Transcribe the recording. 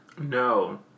No